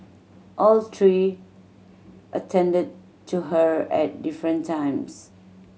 all three attended to her at different times